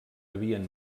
havien